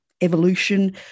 evolution